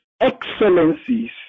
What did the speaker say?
excellencies